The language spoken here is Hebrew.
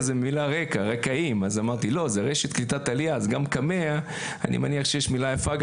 אני מניח שיש מילה יפה,